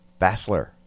Bassler